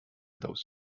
those